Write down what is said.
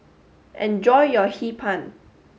enjoy your Hee Pan